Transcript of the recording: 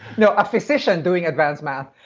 you know ah physician doing advanced math